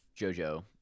jojo